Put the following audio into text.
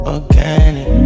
Organic